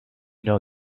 know